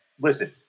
listen